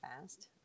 fast